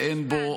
ואין בו,